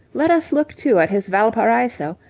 let us look, too, at his valparaiso,